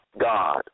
God